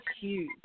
huge